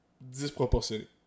disproportionné